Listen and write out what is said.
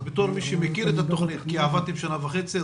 אז בתור מי שמכיר את התכנית כי עבדתם עליה שנה וחצי,